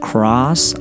Cross